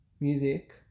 music